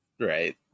right